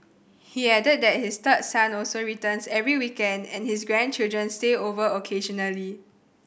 he added that his third son also returns every weekend and his grandchildren stay over occasionally